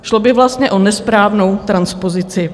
Šlo by vlastně o nesprávnou transpozici.